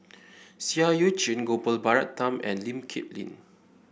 Seah Eu Chin Gopal Baratham and Lee Kip Lin